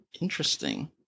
interesting